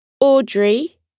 Audrey